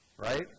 Right